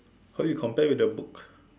how you compare with the books